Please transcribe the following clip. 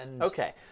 Okay